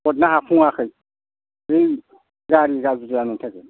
हरनो हाफुङाखै ओं गारि गाज्रि जानायखाय